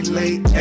late